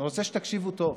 אני רוצה שתקשיבו טוב,